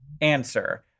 answer